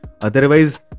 otherwise